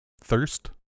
Thirst